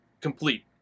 complete